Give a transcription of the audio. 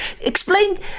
explain